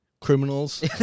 criminals